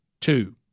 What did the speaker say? Two